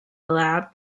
aloud